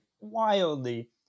wildly